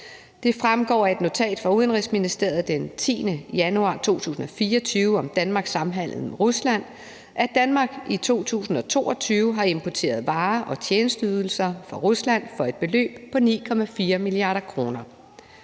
Det fremgår af et notat fra Udenrigsministeriet den 10. januar 2024 om Danmarks samhandel med Rusland, at Danmark i 2022 har importeret varer og tjenesteydelser fra Rusland for et beløb på 9,4 mia. kr.